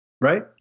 Right